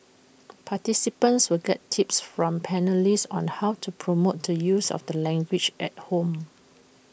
participants will get tips from panellists on how to promote the use of the language at home